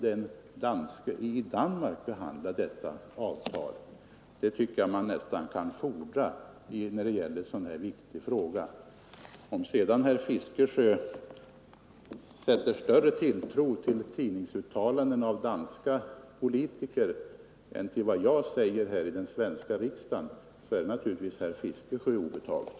Det tycker jag att man har rätt att fordra när det gäller en så viktig fråga som denna. Om sedan herr Fiskesjö sätter större tilltro till tidningsuttalanden av danska politiker än till vad jag säger här i den svenska riksdagen, så är det naturligtvis herr Fiskesjö obetaget.